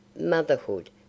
motherhood